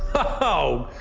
oh!